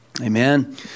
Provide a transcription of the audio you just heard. Amen